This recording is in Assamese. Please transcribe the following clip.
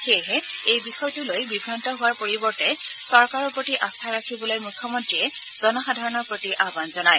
সেয়েহে এই বিষয়টো লৈ বিভান্ত হোৱাৰ পৰিৱৰ্তে চৰকাৰৰ প্ৰতি আস্থা ৰাখিবলৈ মুখ্যমন্তীয়ে জনসাধাৰণৰ প্ৰতি আহান জনায়